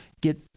Get